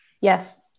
Yes